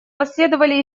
последовали